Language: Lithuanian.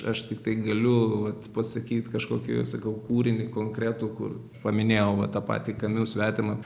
aš tiktai galiu vat pasakyt kažkokį sakau kūrinį konkretų kur paminėjau va tą patį kamiu svetimą